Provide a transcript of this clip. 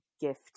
gift